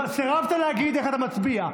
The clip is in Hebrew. סירבת להגיד איך אתה מצביע.